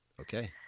Okay